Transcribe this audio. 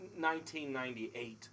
1998